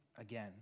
again